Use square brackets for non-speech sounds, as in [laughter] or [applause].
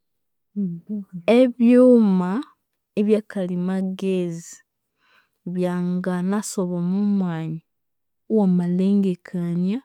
[hesitation] Ebyuma ebyakalimagezi byanginasuba omomwanya owamalengikania